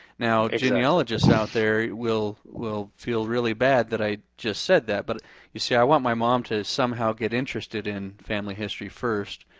now genealogists out there will will feel really bad that i just said that, but you see i want my mom to somehow get interested in family history first,